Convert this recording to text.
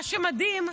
מה שמדהים,